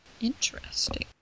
Interesting